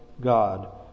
God